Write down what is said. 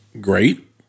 great